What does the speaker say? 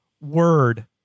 Word